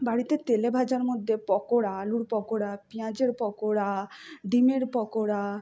বাড়িতে তেলে ভাজার মধ্যে পকোড়া আলুর পকোড়া পিঁয়াজের পকোড়া ডিমের পকোড়া